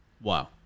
wow